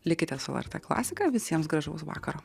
likite su lrt klasika visiems gražaus vakaro